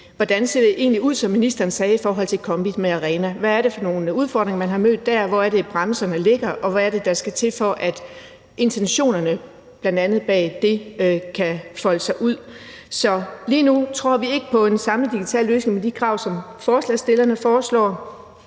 hvordan det egentlig ser ud, som ministeren sagde, i forhold til KOMBIT med ARENA. Hvad er det for nogle udfordringer, man har mødt der, hvor er det bremserne ligger, og hvad er det, der skal til, for at intentionerne bl.a. bag det kan folde sig ud? Så lige nu tror vi ikke på en samlet digital løsning med de krav, som forslagsstillerne foreslår.